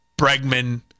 Bregman